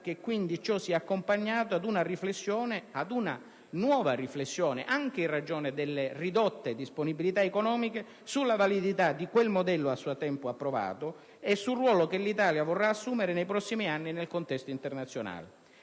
che ciò sia accompagnato da una nuova riflessione, anche in ragione delle ridotte disponibilità economiche, sulla validità del modello a suo tempo approvato e sul ruolo che l'Italia vorrà assumere nei prossimi anni nel contesto internazionale.